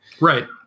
Right